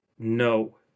No